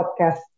podcast